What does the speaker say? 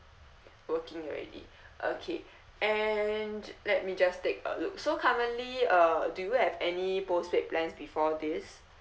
working already okay and let me just take a look so currently uh do you have any postpaid plans before this